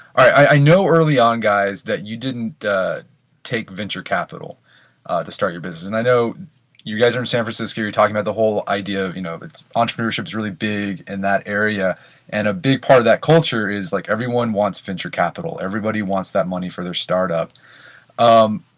i know early on guys that you didn't guys take venture capital to start your business. and i know you guys are in san francisco, you're talking about the whole idea of you know but entrepreneurship is really big in that area and a big part of that culture is like everyone wants venture capital, everybody wants their money for their start up. um